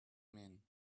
men